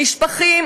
נשפכים,